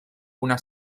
una